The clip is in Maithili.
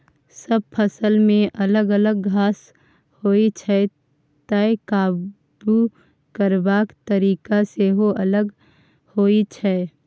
सब फसलमे अलग अलग घास होइ छै तैं काबु करबाक तरीका सेहो अलग होइ छै